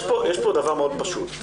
יש פה דבר מאוד פשוט,